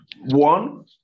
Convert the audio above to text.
one